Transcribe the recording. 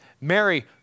Mary